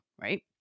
right